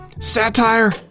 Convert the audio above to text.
Satire